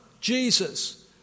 Jesus